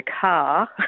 car